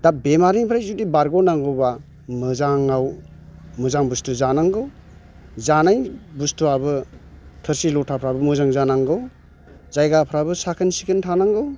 दा बेमारनिफ्राय जुदि बारग'नांगौबा मोजाङाव मोजां बस्थु जानांगौ जानाय बस्थुआबो थोरसि लथाफ्राबो मोजां जानांगौ जायगाफ्राबो साखोन सिखोन थानांगौ